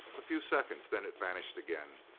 a few seconds, then it vanished again,